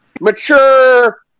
mature